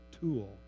tool